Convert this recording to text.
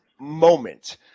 moment